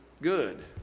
good